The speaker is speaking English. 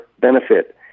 benefit